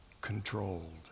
Controlled